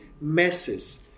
masses